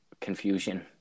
confusion